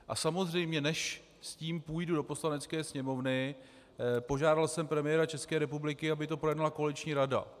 A samozřejmě než s tím půjdu do Poslanecké sněmovny, požádal jsem premiéra České republiky, aby to projednala koaliční rada.